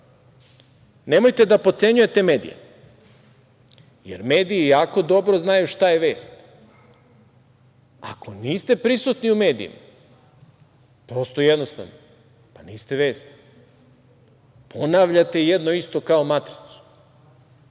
nemojte da potcenjujete medije, jer mediji jako dobro znaju šta je vest. Ako niste prisutni u medijima prosto i jednostavno, pa niste vest. Ponavljate jedno isto, kao matricu,